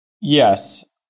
Yes